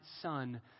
son